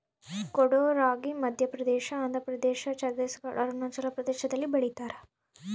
ಕೊಡೋ ರಾಗಿ ಮಧ್ಯಪ್ರದೇಶ ಆಂಧ್ರಪ್ರದೇಶ ಛತ್ತೀಸ್ ಘಡ್ ಅರುಣಾಚಲ ಪ್ರದೇಶದಲ್ಲಿ ಬೆಳಿತಾರ